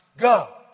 Go